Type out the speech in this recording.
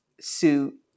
suit